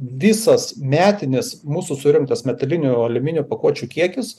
visas metinis mūsų surinktas metalinių aliuminio pakuočių kiekis